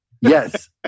Yes